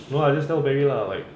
no uh just tell barry lah like